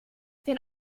den